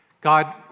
God